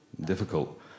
difficult